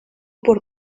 por